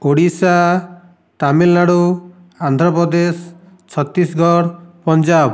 Odisha Tamil Nadu Andhra Pradesh Chhattisgarh Punjab